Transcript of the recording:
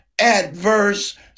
adverse